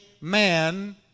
man